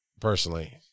personally